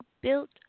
built